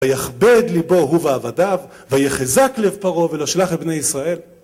ויכבד ליבו הוא ועבדיו, ויחזק לב פרעה ולא שלח את בני ישראל.